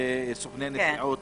סוכני נסיעות,